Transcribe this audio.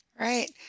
Right